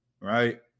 right